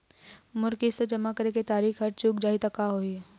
मोर किस्त जमा करे के तारीक हर चूक जाही ता का होही?